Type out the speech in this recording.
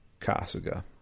Kasuga